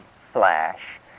flash